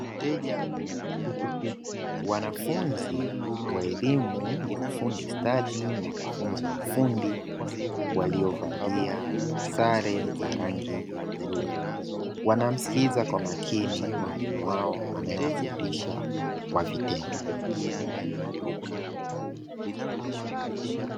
Wanafunzi wa elimu ya ufundi stadi na ufundi waliovalia sare ya rangi ya bluu, wanamsikiliza kwa makini mwalimu wao anayewafundisha kwa vitendo.